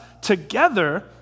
together